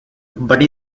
but